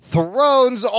Thrones